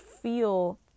feel